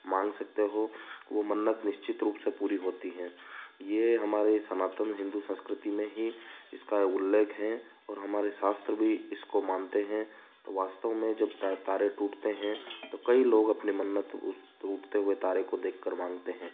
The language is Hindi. माँग सकते हो वो मन्नत निश्चित रूप से पूरी होती है ये हमारी सनातन हिंदू संस्कृति में ही इसका उल्लेख है और हमारे शास्त्र भी इसको मानते हैं वास्तव में जब तारे टूटते हैं तो कई लोग अपनी मन्नत उस टूटते हुए तारे को देखकर माँगते हैं